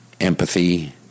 empathy